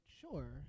sure